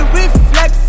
reflex